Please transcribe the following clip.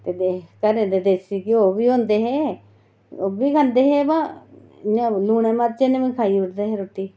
ते घरै दे देसी घ्यो बी होंदे हे ओह्बी खंदे हे बा इ'यां लूनै मरचें कन्नै बी खाई ओड़दे हे रुट्टी